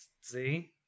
See